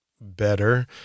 better